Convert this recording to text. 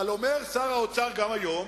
אבל שר האוצר אומר גם היום: